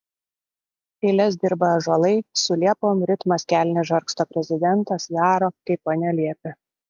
eiles dirba ąžuolai su liepom ritmas kelnes žargsto prezidentas daro kaip ponia liepia